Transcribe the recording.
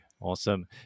Awesome